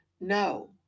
No